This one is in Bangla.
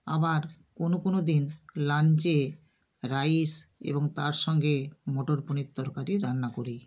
আবার কোনো কোনো দিন লাঞ্চে রাইস এবং তার সঙ্গে মটর পনির তরকারি রান্না করি